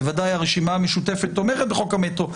בוודאי הרשימה המשותפת תומכת בחוק המטרו,